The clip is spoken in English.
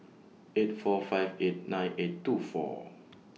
eight four five eight nine eight two four